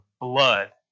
blood